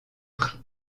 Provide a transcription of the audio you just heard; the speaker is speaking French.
prix